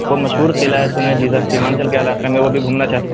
وہ مشہور قلعہ ہے سنیں ہیں ادھر سیمانچل کے علاقے میں وہ بھی گھومنا چاہتے